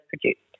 produced